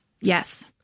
Yes